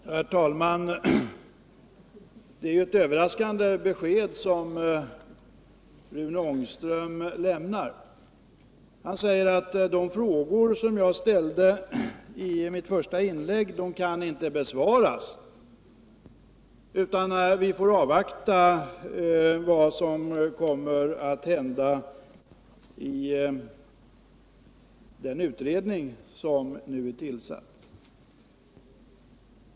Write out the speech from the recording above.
Herr talman! Det är ett överraskande besked som Rune Ångström lämnar. Han säger att de frågor som jag ställde i mitt första inlägg inte kan besvaras, att vi får avvakta vad som kommer att hända i den utredning som nu är tillsatt.